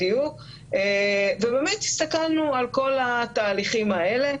ובאמת הסתכלנו על כל התהליכים האלה,